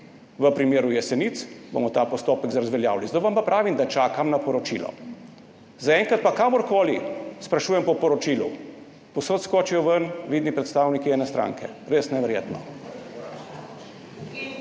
v primeru Jesenic, bomo ta postopek razveljavili. Zato vam pa pravim, da čakam na poročilo. Zaenkrat pa, kjerkoli sprašujem po poročilu, povsod skočijo ven vidni predstavniki ene stranke. Res neverjetno.